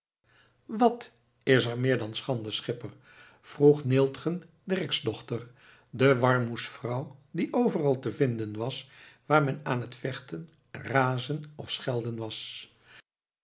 wat is er meer dan schande schipper vroeg neeltgen dirksdochter de warmoesvrouw die overal te vinden was waar men aan het vechten razen of schelden was